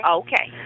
okay